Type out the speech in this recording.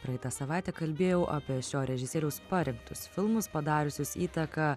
praeitą savaitę kalbėjau apie šio režisieriaus parengtus filmus padariusius įtaką